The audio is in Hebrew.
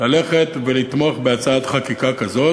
ללכת ולתמוך בהצעת חקיקה כזאת.